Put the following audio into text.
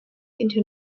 into